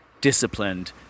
disciplined